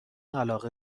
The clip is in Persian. علاقه